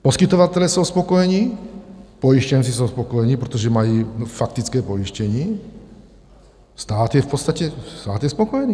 Poskytovatelé jsou spokojeni, pojištěnci jsou spokojeni, protože mají faktické pojištění, stát je v podstatě spokojený.